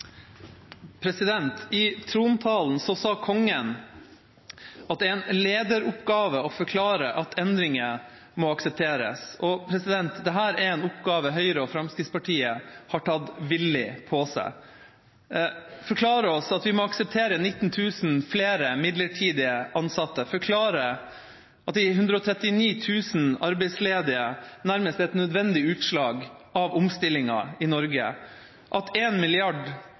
en lederoppgave å forklare at vi må akseptere endringer.» Dette er en oppgave Høyre og Fremskrittspartiet villig har tatt på seg: å forklare at vi må akseptere 19 000 flere midlertidig ansatte, forklare at de 139 000 arbeidsledige nærmest er et nødvendig utslag av omstillingen i Norge, og forklare at 1 mrd. kr til landets 50 rikeste nærmest er en